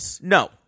No